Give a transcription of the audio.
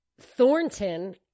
Thornton